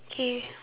okay